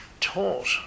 taught